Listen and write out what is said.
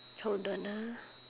hold on ah